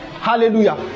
Hallelujah